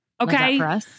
Okay